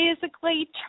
physically